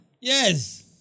Yes